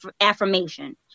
affirmation